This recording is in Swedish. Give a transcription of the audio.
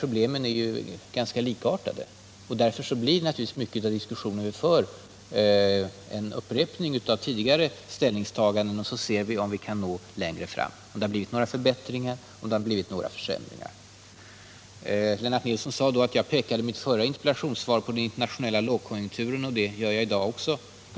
Problemen är ganska likartade, och då blir diskussionen naturligtvis delvis en upprepning av tidigare ställningstaganden. Lennart Nilsson sade att jag i mitt förra interpellationssvar pekade på den internationella lågkonjunkturen, och det har jag gjort i dag också.